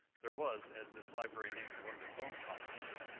there was, as this library named one of its own conferences,